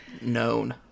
known